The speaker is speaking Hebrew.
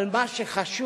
אבל מה שחשוב,